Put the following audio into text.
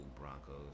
Broncos